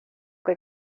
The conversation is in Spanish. que